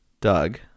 Doug